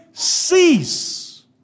Cease